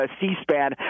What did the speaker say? C-SPAN